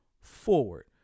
forward